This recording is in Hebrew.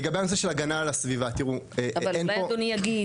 לגבי הנושא של הגנה על הסביבה --- אבל מה אדוני יגיד,